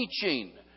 Teaching